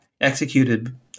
executed